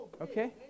Okay